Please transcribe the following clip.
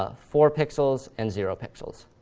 ah four pixels and zero pixels.